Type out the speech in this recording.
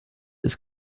ist